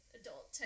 adult